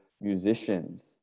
musicians